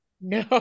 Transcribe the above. No